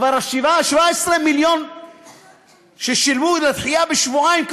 17 המיליון ששילמו על הדחייה בשבועיים,